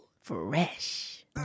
Fresh